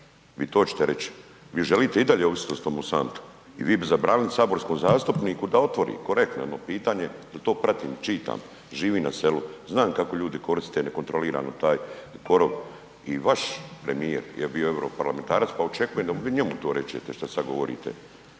vi to hoćete reći, vi želi i dalje …/nerazumljivo/… Monsanta i vi bi zabranili saborskom zastupniku da otvori, korektno jedno pitanje jer to pratim, čitam, živim na selu, znam kako ljudi koriste nekontrolirano taj korov i vaš premijer je bio europarlamentarac pa očekujem da vi njemu to rečete šta sad govorite,